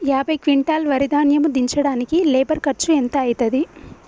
యాభై క్వింటాల్ వరి ధాన్యము దించడానికి లేబర్ ఖర్చు ఎంత అయితది?